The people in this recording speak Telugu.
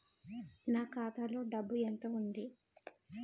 నా ఖాతాలో డబ్బు ఎంత ఉంది?